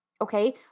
okay